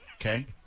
Okay